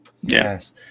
Yes